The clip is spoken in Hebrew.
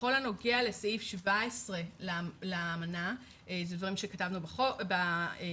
בכל הנוגע לסעיף 17 לאמנה, דברים שכתבנו בדו"ח,